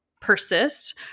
persist